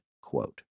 quote